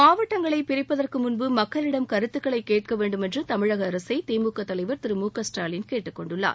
மாவட்டங்களைப் பிரிப்பதற்கு முன்பு மக்களிடம் கருத்துக்களைக் கேட்க வேண்டுமென்று தமிழக அரசை திமுக தலைவர் திரு மு க ஸ்டாவின் கேட்டுக் கொண்டுள்ளார்